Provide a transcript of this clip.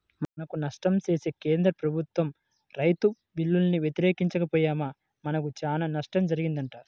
మనకు నష్టం చేసే కేంద్ర ప్రభుత్వ రైతు బిల్లుల్ని వ్యతిరేకించక పొయ్యామా మనకు చానా నష్టం జరిగిద్దంట